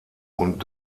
und